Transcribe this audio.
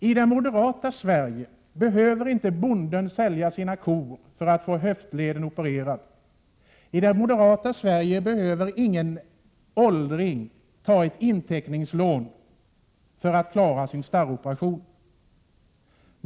I det moderata Sverige behöver inte bonden sälja sina kor för att få en höftled opererad. I det moderata Sverige behöver ingen åldring ta ett inteckningslån för att kunna betala sin starroperation.